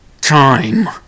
time